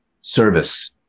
service